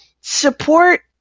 support